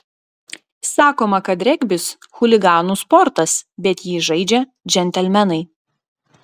sakoma kad regbis chuliganų sportas bet jį žaidžia džentelmenai